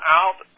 out